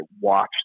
watch